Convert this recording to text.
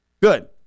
Good